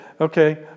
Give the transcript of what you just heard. okay